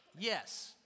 yes